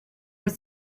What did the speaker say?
was